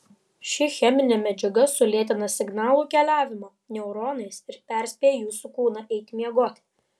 ši cheminė medžiaga sulėtina signalų keliavimą neuronais ir perspėja jūsų kūną eiti miegoti